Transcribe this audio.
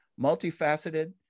Multifaceted